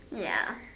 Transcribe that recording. ya